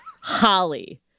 Holly